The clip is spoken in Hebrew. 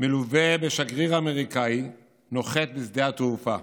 מלווה בשגריר האמריקאי נוחת בשדה התעופה.